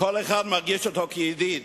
שכל אחד מרגיש אותו כידיד.